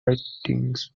writings